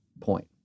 point